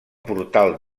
portal